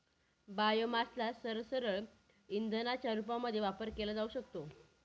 बायोमासला सरळसरळ इंधनाच्या रूपामध्ये वापर केला जाऊ शकतो